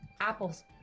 apples